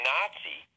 Nazi